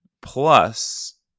plus